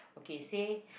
okay say